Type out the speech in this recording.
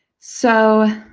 so,